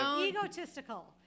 Egotistical